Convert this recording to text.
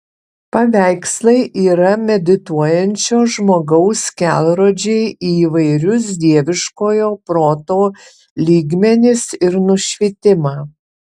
paveikslai yra medituojančio žmogaus kelrodžiai į įvairius dieviškojo proto lygmenis ir nušvitimą